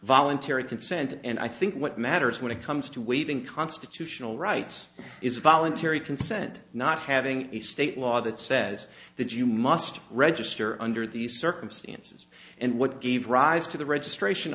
voluntary consent and i think what matters when it comes to waiving constitutional rights is voluntary consent not having a state law that says that you must register under these circumstances and what gave rise to the registration